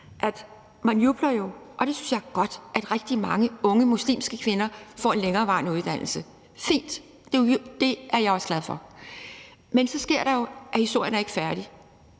jo jubler over, og det synes jeg er godt, at rigtig mange unge muslimske kvinder får en længerevarende uddannelse. Fint, det er jeg også glad for. Men så sker der jo det – historien er ikke færdig